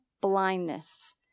blindness